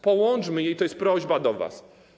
Połączmy je - i to jest prośba do was.